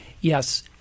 Yes